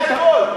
זה הכול.